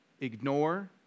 ignore